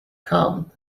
come